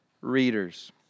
readers